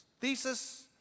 thesis